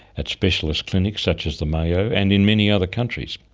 at specialist clinics such as the mayo, and in many other countries.